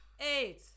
eight